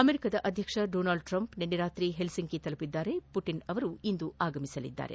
America ಅಧ್ಯಕ್ಷ Donald Trump ನಿನ್ನೆ ರಾತ್ರಿ ಹೆಲ್ಸಿಂಕಿ ತಲುಪಿದ್ದು ಪುಟಿನ್ ಅವರು ಇಂದು ಆಗಮಿಸಲಿದ್ದಾರೆ